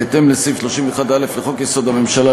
בהתאם לסעיף 31(א) לחוק-יסוד: הממשלה,